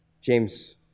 James